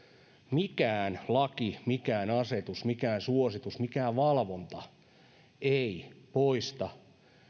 mikään laki mikään asetus mikään suositus mikään valvonta ei poista